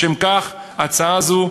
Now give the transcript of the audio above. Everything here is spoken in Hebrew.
לשם כך ההצעה הזאת,